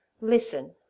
Listen